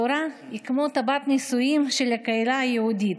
התורה היא כמו טבעת נישואים של הקהילה היהודית,